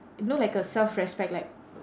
you know like a self respect like